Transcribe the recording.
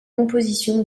composition